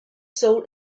soul